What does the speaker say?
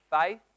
faith